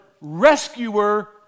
rescuer